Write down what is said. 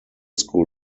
school